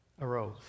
arose